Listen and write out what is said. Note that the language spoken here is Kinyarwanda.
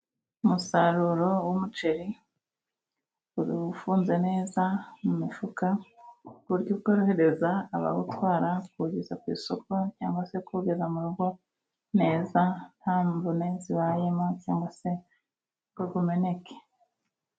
Umusaruro w'umuceri ufunze neza mu mifuka, ku buryo byorohereza abawutwara kuwugeza ku isoko cyangwa se kuwugeza mu rugo neza, nta mvune zibayemo cyangwa se ngo umeneke.